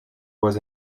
was